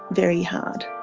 very hard.